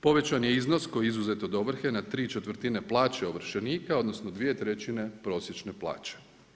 Povećan je iznos koji je izuzet od ovrhe na ¾ plaće ovršenike, odnosno, 2/3 prosječne plaće.